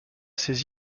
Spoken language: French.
ses